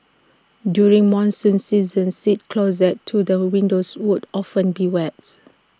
during monsoon season seats closest to the windows would often be wets